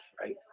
right